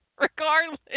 Regardless